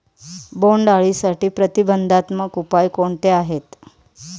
बोंडअळीसाठी प्रतिबंधात्मक उपाय कोणते आहेत?